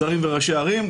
שרים וראשי ערים,